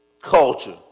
culture